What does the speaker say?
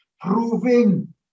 proving